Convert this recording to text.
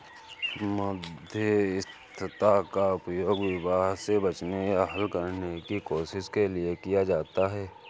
मध्यस्थता का उपयोग विवाद से बचने या हल करने की कोशिश के लिए किया जाता हैं